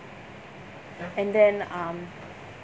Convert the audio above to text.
and then um